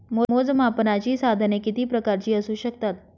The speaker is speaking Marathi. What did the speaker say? मोजमापनाची साधने किती प्रकारची असू शकतात?